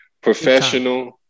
Professional